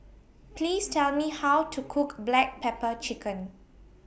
Please Tell Me How to Cook Black Pepper Chicken